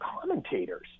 commentators